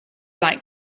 like